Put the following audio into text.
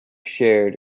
shared